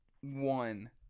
one